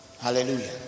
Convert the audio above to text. Hallelujah